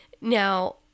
Now